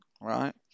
right